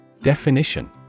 Definition